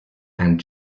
and